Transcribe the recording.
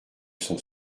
son